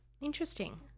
Interesting